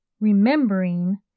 Remembering